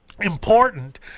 Important